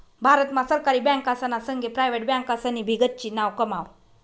भारत मा सरकारी बँकासना संगे प्रायव्हेट बँकासनी भी गच्ची नाव कमाव